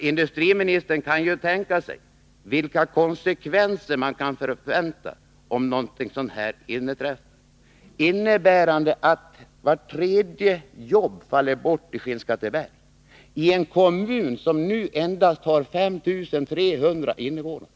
Industriministern kan tänka sig vilka konsekvenser man kan förvänta om något sådant inträffar, innebärande att vart tredje jobb faller bort i Skinnskatteberg, en kommun som nu endast har 5 300 invånare.